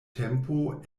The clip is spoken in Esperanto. tempo